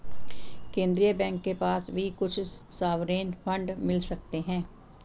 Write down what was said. केन्द्रीय बैंक के पास भी कुछ सॉवरेन फंड मिल सकते हैं